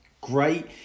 great